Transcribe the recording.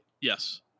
yes